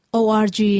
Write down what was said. org